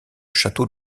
château